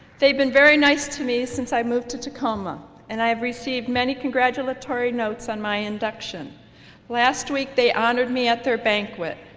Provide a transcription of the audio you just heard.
they've been very nice to me since i moved to tacoma and i have received many congratulatory notes on my induction last week they honored me at their banquet.